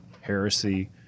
heresy